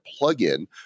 plugin